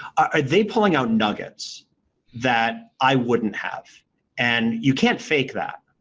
are they pulling out nuggets that i wouldn't have? and you can't fake that.